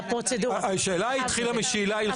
השאלה התחילה משאלה הלכתית.